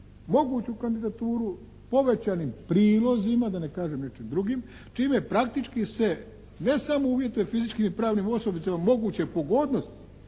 moguću kandidaturu povećanim prilozima da ne kažem nečim drugim, čime praktički se ne samo uvjetuje fizičkim i pravnim osobama moguće pogodnosti